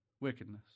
wickedness